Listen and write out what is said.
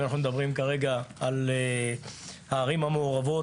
אם אנחנו מדברים כרגע על הערים המעורבות,